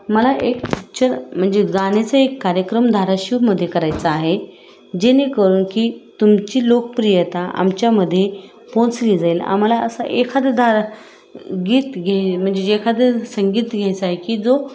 मला एक पिच्चर म्हणजे गाण्याचा एक कार्यक्रम धाराशिवमध्ये करायचा आहे जेणेकरून की तुमची लोकप्रियता आमच्यामध्ये पोहोचली जाईल आम्हाला असा एखादं धारा गीत घे म्हणजे जे एखादं संगीत घ्यायचा आहे की जो